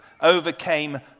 overcame